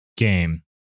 Game